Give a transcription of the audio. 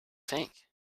think